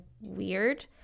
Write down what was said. weird